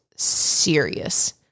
serious